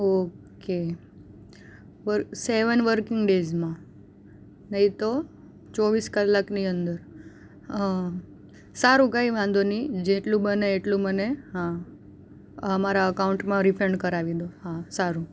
okay seven working ડેઝમાં નહીં તો ચોવીસ કલાકની અંદર સારું કંઈ વાંધો નહીં જેટલું બને એટલું મને હા આ મારા અકાઉન્ટમાં રિફંડ કરાવી દો હા સારું